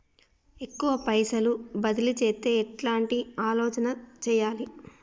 ఎక్కువ పైసలు బదిలీ చేత్తే ఎట్లాంటి ఆలోచన సేయాలి?